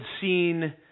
seen